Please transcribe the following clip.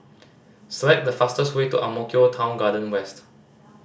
select the fastest way to Ang Mo Kio Town Garden West